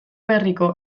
berriko